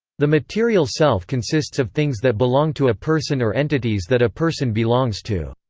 the material self consists of things that belong to a person or entities that a person belongs to.